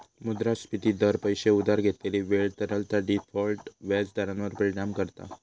मुद्रास्फिती दर, पैशे उधार घेतलेली वेळ, तरलता, डिफॉल्ट व्याज दरांवर परिणाम करता